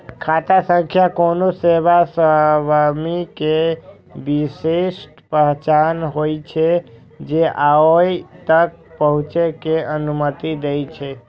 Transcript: खाता संख्या कोनो सेवा स्वामी के विशिष्ट पहचान होइ छै, जे ओइ तक पहुंचै के अनुमति दै छै